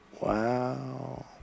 Wow